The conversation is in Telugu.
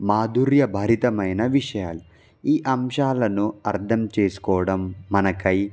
మాధుర్య భరితమైన విషయాలు ఈ అంశాలను అర్థం చేసుకోవడం మనకై